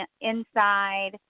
inside